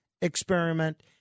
experiment